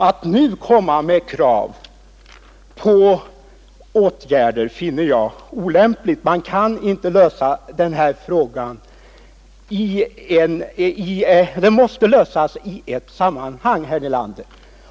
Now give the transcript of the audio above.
Att nu resa krav på åtgärder finner jag olämpligt. Denna fråga måste lösas i ett sammanhang, herr Nelander.